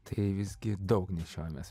tai visgi daug nešiojamės